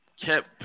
kept